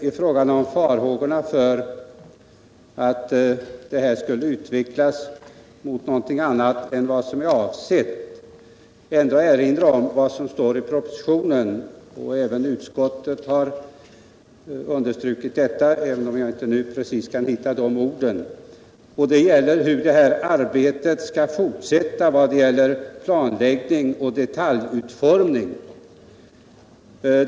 I fråga om farhågorna för att den nya befälsordningen skulle utvecklas mot någonting annat än vad som är avsett vill jag erinra om vad som står i propositionen. Också utskottet har understrukit detta, även om jag nu inte kan hitta de exakta orden. Det talas emellertid om hur arbetet skall fortsätta beträffande planläggning och detaljutformning.